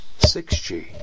6G